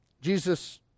Jesus